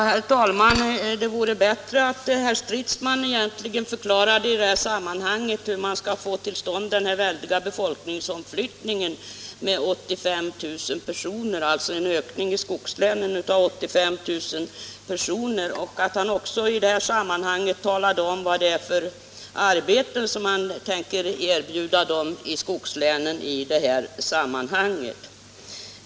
Herr talman! Det vore bättre om herr Stridsman förklarade hur han skall få till stånd den väldiga befolkningsomflyttningen med 85 000 personer — alltså en ökning med 85 000 personer i skogslänen — och att han också talade om vad det är för slags arbeten som man tänker erbjuda människorna i skogslänen.